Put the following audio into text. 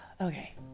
okay